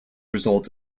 result